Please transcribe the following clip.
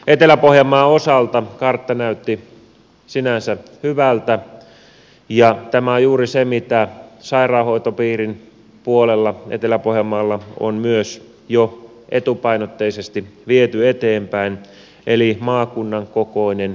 etelä pohjanmaan osalta kartta näytti sinänsä hyvältä ja tämä on juuri se mitä sairaanhoitopiirin puolella etelä pohjanmaalla on jo etupainotteisesti viety eteenpäin eli maakunnan kokoinen sote